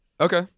Okay